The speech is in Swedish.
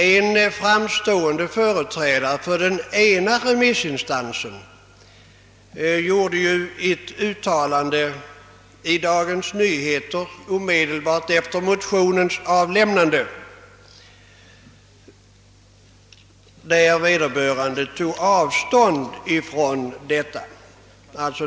En framstående företrädare för den ena remissinstansen gjorde ju ett uttalande i Dagens Nyheter omedelbart efter motionens avlämnande, vari han tog avstånd från förslaget.